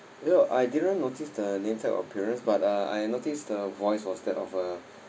you know I didn't notice the name tag or appearance but uh I notice the voice was that of a